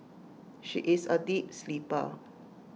she is A deep sleeper